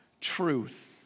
truth